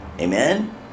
Amen